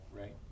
right